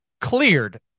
cleared